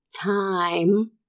time